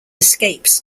escapes